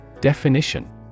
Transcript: Definition